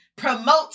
promote